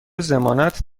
ضمانت